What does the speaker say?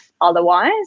otherwise